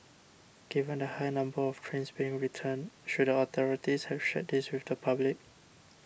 given the high number of trains being returned should authorities have shared this with the public